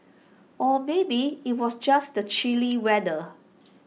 or maybe IT was just the chilly weather